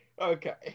Okay